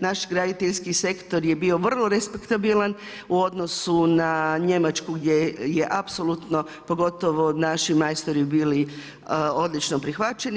naš graditeljski sektor je bio vrlo respektabilan u odnosu na Njemačku, gdje je apsolutno, pogotovo od naši majstori bili odlično prihvaćeni.